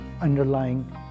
underlying